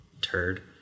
turd